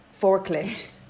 forklift